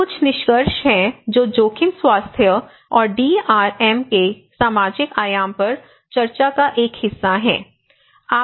ये कुछ निष्कर्ष हैं जो जोखिम स्वास्थ्य और डीआरएम के सामाजिक आयाम पर चर्चा का एक हिस्सा हैं